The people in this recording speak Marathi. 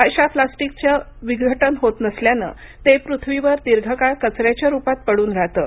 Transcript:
अशा प्लास्टिकचं विघटन होत नसल्यानं ते पृथ्वीवर दीर्घकाळ कचऱ्याच्या रुपात पडून राहतं